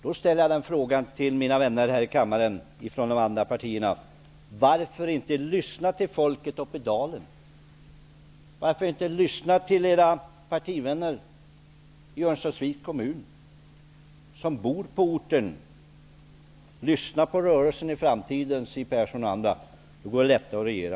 Då måste jag ställa en fråga till mina vänner här i kammaren från de andra partierna. Varför inte lyssna till folket uppe i dalen? Varför inte lyssna till era partivänner i Örnsköldsviks kommun som bor på orten? Lyssna på rörelsen i framtiden, Siw Persson och andra! Då går det lättare att regera.